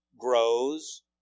grows